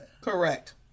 Correct